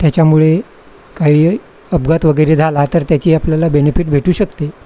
त्याच्यामुळे काही अपघात वगैरे झाला तर त्याची आपल्याला बेनिफिट भेटू शकते